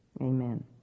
Amen